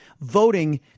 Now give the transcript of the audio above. voting